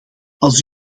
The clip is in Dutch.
als